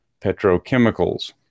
petrochemicals